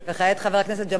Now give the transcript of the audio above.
וכעת חבר הכנסת ג'מאל זחאלקה.